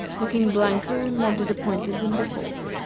looking blanker and more disappointed than before.